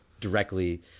directly